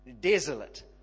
desolate